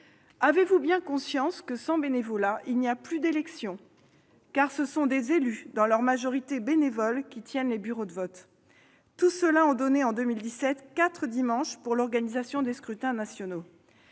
mes chers collègues, que sans bénévolat, il n'y a plus d'élections, car ce sont des élus, dans leur majorité bénévoles, qui tiennent les bureaux de vote ? Tous ceux-là ont donné, en 2017, quatre dimanches pour l'organisation des scrutins nationaux.